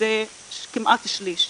זה כמעט שליש.